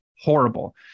horrible